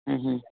മ്മ് മ്